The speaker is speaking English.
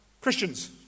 Christians